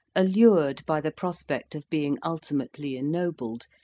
allured by the prospect of being ulti mately ennobled,